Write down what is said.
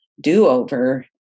do-over